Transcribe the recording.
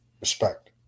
respect